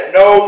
no